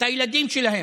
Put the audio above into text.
הילדים שלהם.